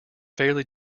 fairly